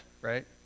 right